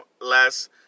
less